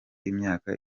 imyaka